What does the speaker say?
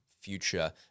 future